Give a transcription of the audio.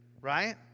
right